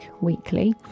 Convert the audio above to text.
weekly